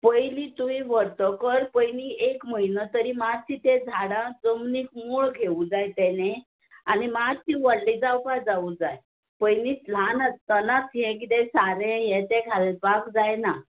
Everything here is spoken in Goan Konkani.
पयलीं तुवें व्हरतकत पयलीं एक म्हयनो तरी मात्शीं तें झाडां जमनीक मूळ घेवूं जाय तेणे आनी मात्शे व्हडले जावपा जावू जाय पयलीत ल्हान आसतनात हें कितें सारें हें तें घालपाक जायना